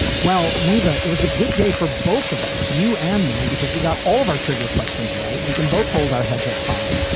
well, nivea. it was a good day for both of us. you and me, because we got all of our trivia questions right. we can both hold our heads up high.